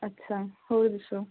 ਅੱਛਾ ਹੋਰ ਦੱਸੋ